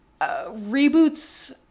reboots